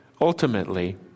Ultimately